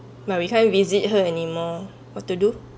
but we can't visit her anymore what to do